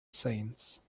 saints